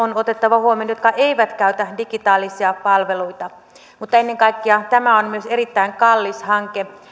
on otettava huomioon jotka eivät käytä digitaalisia palveluita mutta ennen kaikkea tämä on myös erittäin kallis hanke